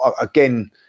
again